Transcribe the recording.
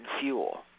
fuel